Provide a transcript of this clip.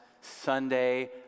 Sunday